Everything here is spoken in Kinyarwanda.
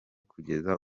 kugeza